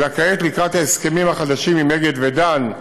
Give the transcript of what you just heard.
אלא כעת, לקראת ההסכמים החדשים עם אגד ודן,